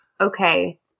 Okay